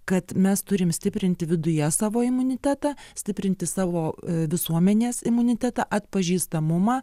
kad mes turim stiprinti viduje savo imunitetą stiprinti savo visuomenės imunitetą atpažįstamumą